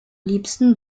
liebsten